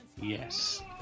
Yes